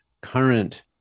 current